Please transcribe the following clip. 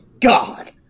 god